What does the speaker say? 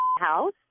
house